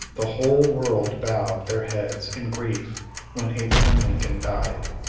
the whole world bowed their heads in grief when abraham lincoln died.